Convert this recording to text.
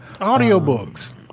Audiobooks